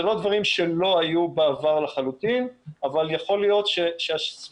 זה לא דברים שלא היו בעבר לחלוטין אבל יכול להיות שהסבירות